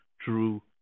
true